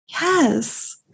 Yes